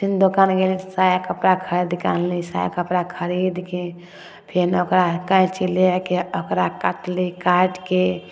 फेन दोकान गेली तऽ सायाके कपड़ा खरीदके आनली सायाके कपड़ा खरीदके फेर ओकरा कैञ्ची लए आके फेर ओकरा कटली काटिके